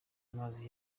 mazi